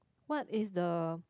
what is the